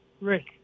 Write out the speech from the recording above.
Rick